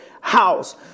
house